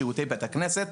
שירותי בית כנסת,